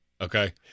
Okay